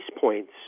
points